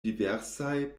diversaj